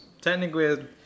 technically